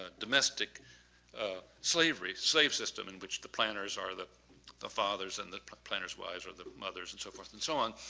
ah domestic slavery slave system in which the planters, or the the fathers and the planters wives, or the mothers, and so forth and so on,